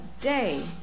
day